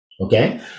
Okay